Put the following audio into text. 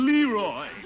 Leroy